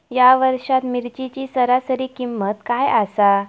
या वर्षात मिरचीची सरासरी किंमत काय आसा?